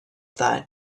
that